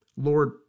Lord